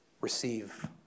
receive